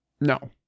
No